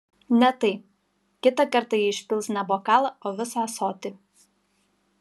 ne tai kitą kartą ji išpils ne bokalą o visą ąsotį